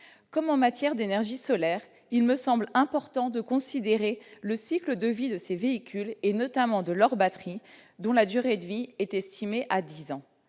Comme en matière d'énergie solaire, il me semble important de considérer le cycle de vie de ces véhicules, et en particulier de leur batterie, dont la durée de vie est estimée à dix ans.